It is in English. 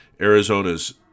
Arizona's